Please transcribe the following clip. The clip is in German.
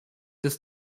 des